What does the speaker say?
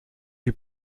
lui